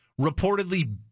reportedly